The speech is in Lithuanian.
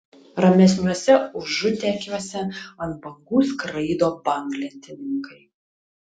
ramesniuose užutekiuose ant bangų skraido banglentininkai